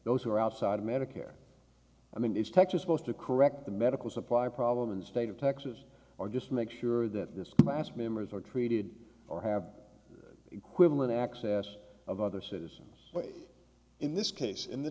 those who are outside medicare i mean is texas opposed to correct the medical supply problem and state of texas or just make sure that this class members are treated or have the equivalent access of other citizens in this case in the